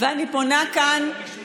אני פונה כאן